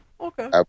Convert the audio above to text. okay